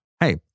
hey